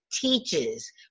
teaches